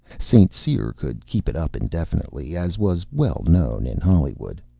st. cyr could keep it up indefinitely, as was well known in hollywood.